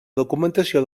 documentació